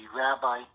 rabbi